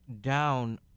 down